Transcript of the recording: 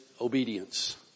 obedience